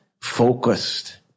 Focused